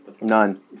None